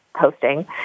hosting